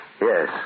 Yes